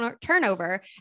turnover